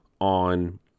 on